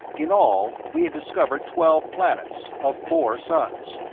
in all we had discovered twelve planets, of four suns.